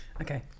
Okay